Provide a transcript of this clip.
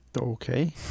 Okay